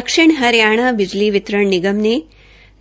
दक्षिणी बिजली वितरण निगम ने